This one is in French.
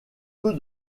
peu